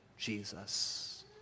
Jesus